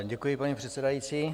Děkuji, paní předsedající.